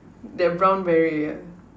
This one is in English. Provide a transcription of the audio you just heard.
the brown barrier